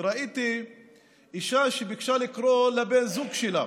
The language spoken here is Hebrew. וראיתי אישה שביקשה לקרוא לבן הזוג שלה,